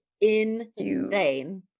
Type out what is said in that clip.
insane